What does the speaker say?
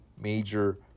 major